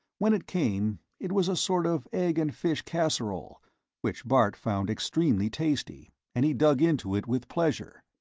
when it came, it was a sort of egg-and-fish casserole which bart found extremely tasty, and he dug into it with pleasure.